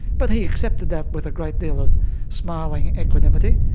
but he accepted that with a great deal of smiling equanimity.